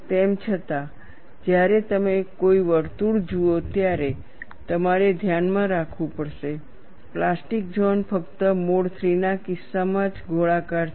તેમ છતાં જ્યારે તમે કોઈ વર્તુળ જુઓ ત્યારે તમારે ધ્યાનમાં રાખવું પડશે પ્લાસ્ટિક ઝોન ફક્ત મોડ III ના કિસ્સામાં જ ગોળાકાર છે